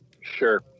Sure